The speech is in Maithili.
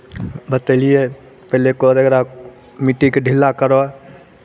बतेलियै पहिले कोर एकरा मिट्टीकेँ ढीला करह